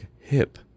hip